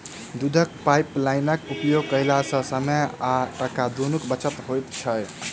दूधक पाइपलाइनक उपयोग कयला सॅ समय आ टाका दुनूक बचत होइत छै